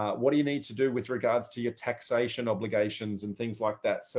what do you need to do with regards to your taxation or negations and things like that. so